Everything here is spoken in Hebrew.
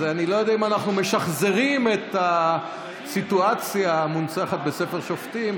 אני לא יודע אם אנחנו משחזרים את הסיטואציה המונצחת בספר שופטים,